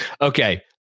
Okay